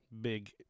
big